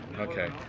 Okay